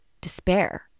despair